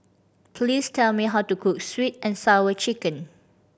please tell me how to cook Sweet And Sour Chicken